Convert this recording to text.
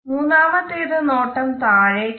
മൂന്നാമത്തേത് നോട്ടം താഴേക്ക് ആണ്